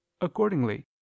accordingly